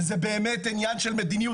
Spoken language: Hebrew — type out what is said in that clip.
וזה באמת עניין של מדיניות.